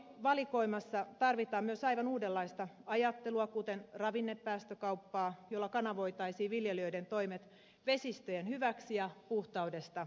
keinovalikoimassa tarvitaan myös aivan uudenlaista ajattelua kuten ravinnepäästökauppaa jolla kanavoitaisiin viljelijöiden toimet vesistöjen hyväksi ja puhtaudesta palkittaisiin